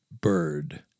bird